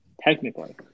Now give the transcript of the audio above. technically